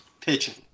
pitching